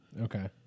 Okay